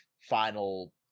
final